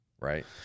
Right